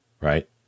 right